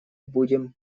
будем